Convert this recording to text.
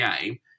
game